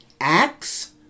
Acts